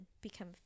become